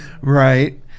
Right